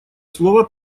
слово